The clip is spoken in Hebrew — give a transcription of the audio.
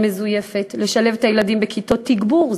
מזויפת: לשלב את הילדים בכיתות תגבור,